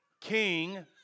King